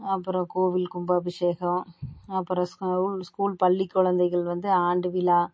அப்புறம் கோவில் கும்பாவிஷேகம் அப்புறம் ஸ்கூல் ஸ்கூல் பள்ளிக் குழந்தைகள் வந்து ஆண்டு விழா